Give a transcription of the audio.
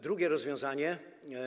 Drugie rozwiązanie.